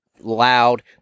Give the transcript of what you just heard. loud